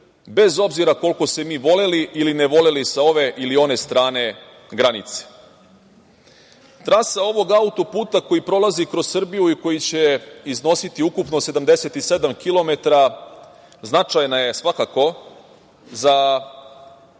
bez obzira koliko se mi voleli ili ne voleli sa ove ili one strane granice. Trasa ovog auto-puta koji prolazi kroz Srbiju i koji će iznositi ukupno 77 kilometara značajna je svakako za